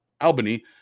Albany